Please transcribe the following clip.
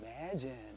Imagine